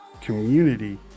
community